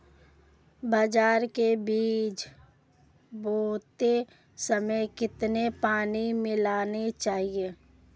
बाजरे के बीज बोते समय कितना पानी मिलाना चाहिए?